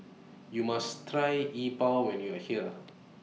YOU must Try Yi Bua when YOU Are here